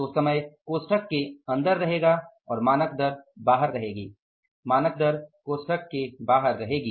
तो समय कोष्ठक के अंदर रहेगा और मानक दर बाहर रहेगी